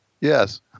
Yes